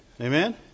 Amen